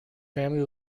family